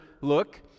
look